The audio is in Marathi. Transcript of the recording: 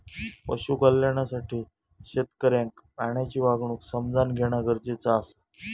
पशु कल्याणासाठी शेतकऱ्याक प्राण्यांची वागणूक समझान घेणा गरजेचा आसा